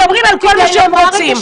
מדברים על כל מה שהם רוצים.